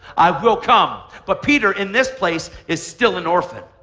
i will come. but peter in this place is still an orphan.